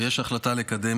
ויש החלטה לקדם